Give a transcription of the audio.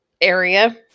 area